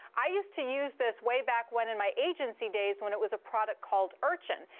i used to use this way back when in my agency days when it was a product called urchin.